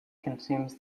consumes